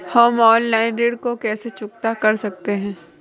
हम ऑनलाइन ऋण को कैसे चुकता कर सकते हैं?